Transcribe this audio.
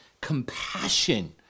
compassion